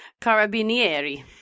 Carabinieri